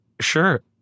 sure